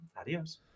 Adios